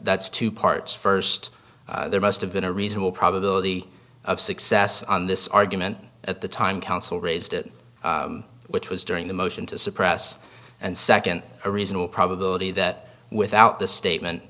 that's two parts first there must have been a reasonable probability of success on this argument at the time counsel raised it which was during the motion to suppress and second a reasonable probability that without the statement